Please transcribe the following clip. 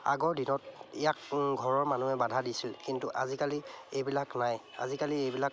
আগৰ দিনত ইয়াক ঘৰৰ মানুহে বাধা দিছিল কিন্তু আজিকালি এইবিলাক নাই আজিকালি এইবিলাক